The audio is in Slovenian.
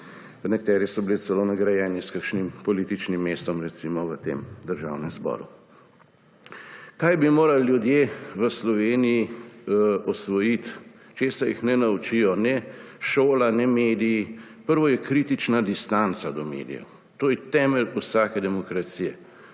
Nekateri so bili celo nagrajeni s kakšnim političnim mestom, recimo v tem državnem zboru. Kaj bi morali ljudje v Sloveniji usvojiti, česa jih ne naučijo ne šola ne mediji? Prva je kritična distanca do medijev. To je temelj vsake demokracije